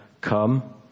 Come